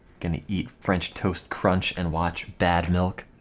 gonna eat french toast crunch and watch bad milk